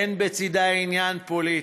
אין בצדה עניין פוליטי,